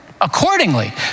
accordingly